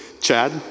Chad